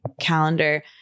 calendar